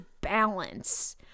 balance